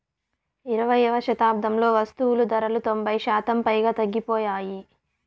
ఇరవైయవ శతాబ్దంలో వస్తువులు ధరలు తొంభై శాతం పైగా తగ్గిపోయాయి